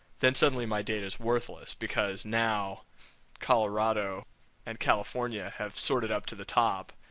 then suddenly my data is worthless because now colorado and california have sorted to the top,